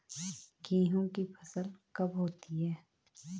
गेहूँ की फसल कब होती है?